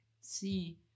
see